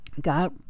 God